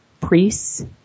priests